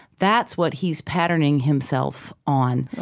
that's what he's patterning himself on.